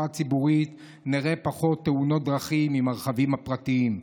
הציבורית נראה פחות תאונות דרכים עם הרכבים הפרטיים,